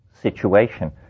Situation